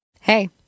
Hey